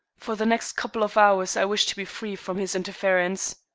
for the next couple of hours i wish to be free from his interference.